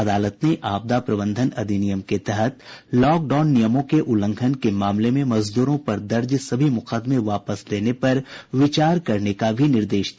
अदालत ने आपदा प्रबंधन अधिनियम के तहत लॉक डाउन नियमों के उल्लंघन के मामले में मजदूरों पर दर्ज सभी मूकदमे वापस लेने पर विचार करने का भी निर्देश दिया